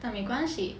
但没关系